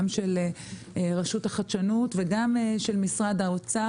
גם של רשות החדשנות וגם של משרד האוצר,